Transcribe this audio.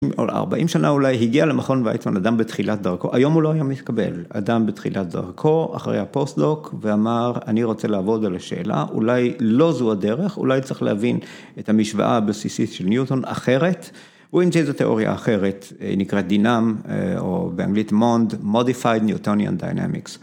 ‫או ל-40 שנה אולי, הגיע למכון ויצמן ‫אדם בתחילת דרכו, ‫היום הוא לא היה מתקבל, ‫אדם בתחילת דרכו, אחרי הפוסט-דוק, ‫ואמר, אני רוצה לעבוד על השאלה, ‫אולי לא זו הדרך, ‫אולי צריך להבין את המשוואה ‫הבסיסית של ניוטון אחרת. ‫הוא המציא איזו תיאוריה אחרת, ‫נקרא דינאם, או באנגלית מונד, ‫מודיפייד ניוטוניון דיינאמיקס.